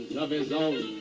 of his own